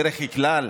בדרך כלל,